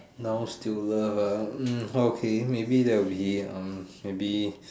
now still love maybe hmm okay that will be um maybe